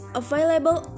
available